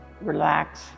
relax